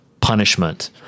punishment